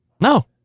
No